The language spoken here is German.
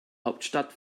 hauptstadt